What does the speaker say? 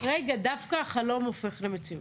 רגע, לא, לא, דווקא החלום הופך למציאות.